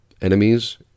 enemies